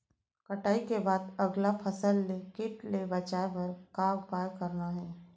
कटाई के बाद अगला फसल ले किट ले बचाए बर का उपाय करना हे?